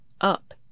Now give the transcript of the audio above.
up